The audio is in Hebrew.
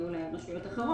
אולי גם של רשויות אחרות.